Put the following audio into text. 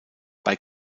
bei